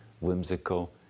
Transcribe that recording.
whimsical